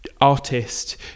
Artist